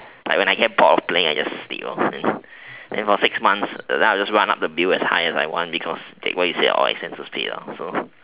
like when I get bored of playing then I just sleep then for six months I would just run up the bill as high as I want like what you said what all expenses paid